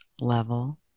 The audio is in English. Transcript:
level